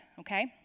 okay